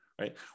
right